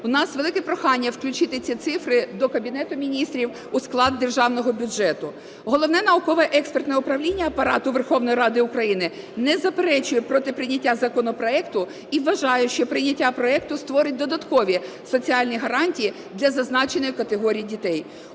У нас велике прохання включити ці цифри, до Кабінету Міністрів, у склад Державного бюджету. Головне науково-експертне управління Апарату Верховної Ради України не заперечує проти прийняття законопроекту і вважає, що прийняття проекту створить додаткові соціальні гарантії для зазначеної категорії дітей.